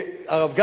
הרב גפני,